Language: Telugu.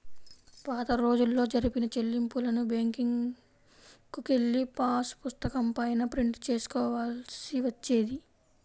పాతరోజుల్లో జరిపిన చెల్లింపులను బ్యేంకుకెళ్ళి పాసుపుస్తకం పైన ప్రింట్ చేసుకోవాల్సి వచ్చేది